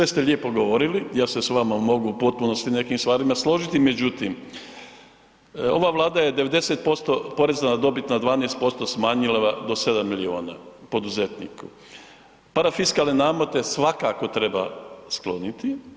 Sve ste lijepo govorili i ja se s vama mogu u potpunosti s nekim stvarima složiti, međutim ova Vlada je 90% poreza na dobit na 12% smanjila do 7 milijuna poduzetniku, parafiskalne namete svakako treba skloniti.